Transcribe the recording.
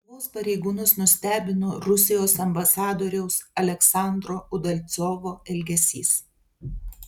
lietuvos pareigūnus nustebino rusijos ambasadoriaus aleksandro udalcovo elgesys